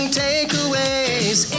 takeaways